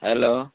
hello